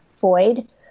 void